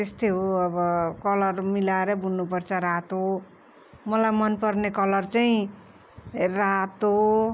त्यस्तै हो अब कलर मिलाएरै बुन्नु पर्छ रातो मलाई मन पर्ने कलर चाहिँ रातो